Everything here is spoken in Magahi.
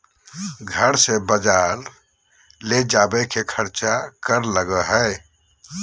घर से बजार ले जावे के खर्चा कर लगो है?